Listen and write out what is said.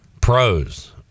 pros